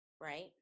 right